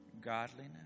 godliness